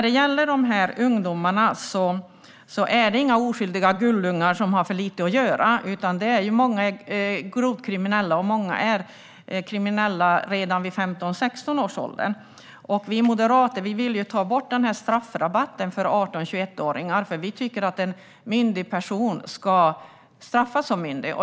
Dessa ungdomar är inga oskyldiga gullungar som har för lite att göra, utan många är grovt kriminella. Många är kriminella redan vid 15-16 års ålder. Vi moderater vill ta bort straffrabatten för dem som är 18-21 år. Vi tycker att en myndig person ska straffas som myndig.